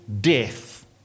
death